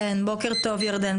כן, בוקר טוב ירדן.